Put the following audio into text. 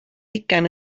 hugain